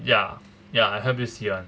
ya ya I help you see [one]